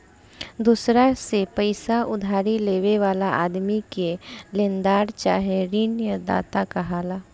दोसरा से पईसा उधारी लेवे वाला आदमी के लेनदार चाहे ऋणदाता कहाला